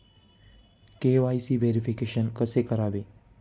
KYC verification कसे करावे?